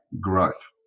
growth